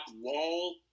Wall